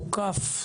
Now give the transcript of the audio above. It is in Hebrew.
תוקף,